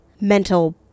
mental